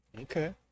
Okay